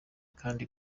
kandi